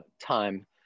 time